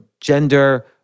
gender